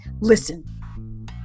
listen